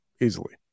easily